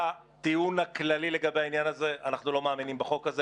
הטיעון הכללי לגבי העניין הזה אנחנו לא מאמינים בחוק הזה,